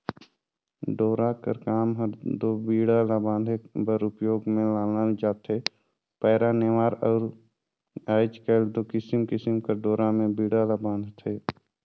डोरा कर काम हर दो बीड़ा ला बांधे बर उपियोग मे लानल जाथे पैरा, नेवार अउ आएज काएल दो किसिम किसिम कर डोरा मे बीड़ा ल बांधथे